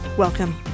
Welcome